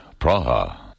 Praha